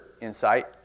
insight